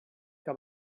que